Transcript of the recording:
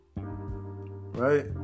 Right